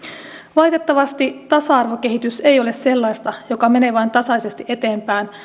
valitettavasti tasa arvokehitys ei ole sellaista joka menee vain tasaisesti eteenpäin